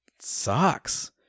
sucks